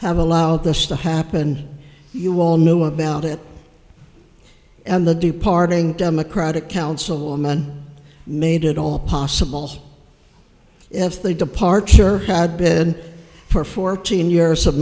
have allowed this to happen you all knew about it and the departing democratic councilwoman made it all possible if the departure had bid for fourteen years of